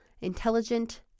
intelligent